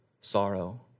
sorrow